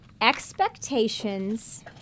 expectations